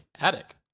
Attic